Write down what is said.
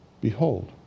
Behold